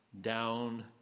down